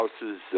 House's